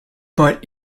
but